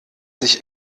sich